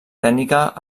tècnica